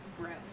growth